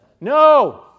No